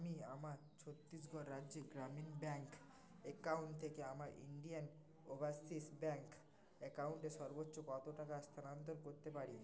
আমি আমার ছত্তিশগড় রাজ্যে গ্রামীণ ব্যাঙ্ক অ্যাকাউন্ট থেকে আমার ইণ্ডিয়ান ওভারসীজ ব্যাঙ্ক অ্যাকাউন্টে সর্বোচ্চ কত টাকা স্থানান্তর করতে পারি